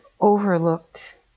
overlooked